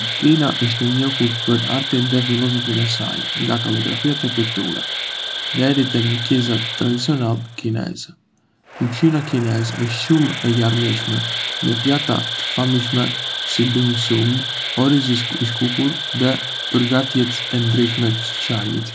Kina është e njohur për artin dhe filozofinë e saj, nga kaligrafia te piktura, deri te mjekësia tradicionale kineze. Kuzhina kineze është shumë e larmishme, me pjata të famshme si dim sum, orizi i skuqur dhe përgatitjet e ndryshme të çajit.